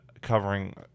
covering